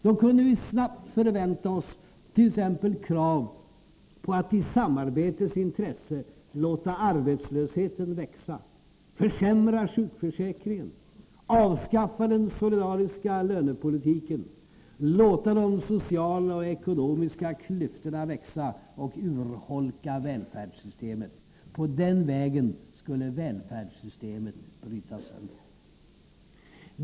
Då kunde vi snabbt förvänta oss t.ex. krav på att i samarbetets intresse låta arbetslösheten växa, försämra sjukförsäkringen, avskaffa den solidariska lönepolitiken, låta de sociala och ekonomiska klyftorna växa och urholka välfärdssystemet. På den vägen skulle välfärdssamhället brytas sönder.